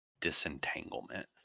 disentanglement